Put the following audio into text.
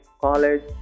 college